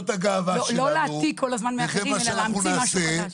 לא להעתיק כל הזמן מאחרים אלא להמציא משהו חדש.